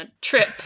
trip